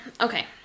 okay